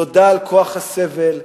תודה על כוח הסבל,